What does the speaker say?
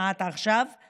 כמעט שנתיים עכשיו,